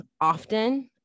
often